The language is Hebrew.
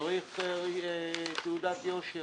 צריך תעודת יושר